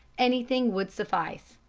anything would suffice.